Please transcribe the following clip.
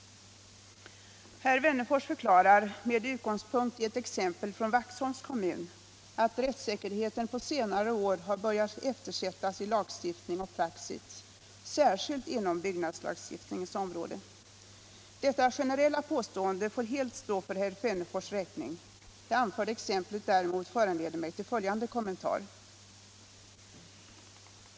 Herr Wennerfors förklarar — med utgångspunkt i ett exempel från Vaxholms kommun -— att rättssäkerheten på senare år har börjat eftersättas i lagstiftning och praxis, särskilt inom byggnadslagstiftningens område. Detta generella påstående får helt stå för herr Wennerfors räkning. Det anförda exemplet däremot föranleder mig till följande kommentar.